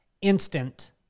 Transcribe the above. instant